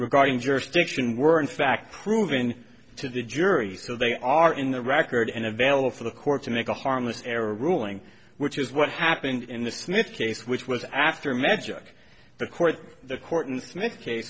regarding jurisdiction were in fact proven to the jury so they are in the record and available for the court to make a harmless error ruling which is what happened in the smith case which was after magic the court the court and smith case